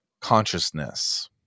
consciousness